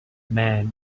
man